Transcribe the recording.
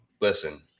listen